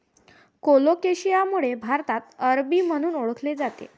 colocasia मूळ भारतात अरबी म्हणून ओळखले जाते